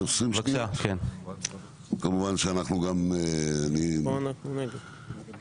כמובן שאנחנו גם משתתפים בצער.